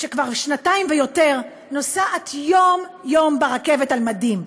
שכבר שנתיים ויותר נוסעת יום-יום ברכבת על מדים.